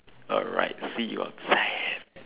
alright see you outside